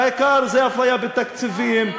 והעיקר זה אפליה בתקציבים,